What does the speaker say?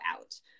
out